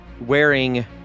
wearing